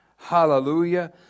Hallelujah